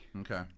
Okay